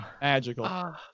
Magical